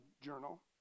journal